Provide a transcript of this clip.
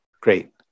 great